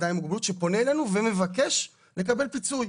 שפונה אלינו ומבקש לקבל פיצוי.